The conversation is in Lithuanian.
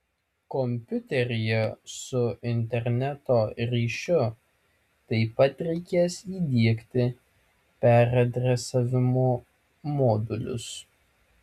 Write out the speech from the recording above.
kompiuteryje su interneto ryšiu taip pat reikės įdiegti peradresavimo modulius